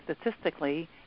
statistically